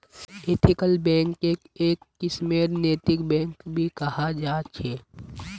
ethical बैंकक् एक किस्मेर नैतिक बैंक भी कहाल जा छे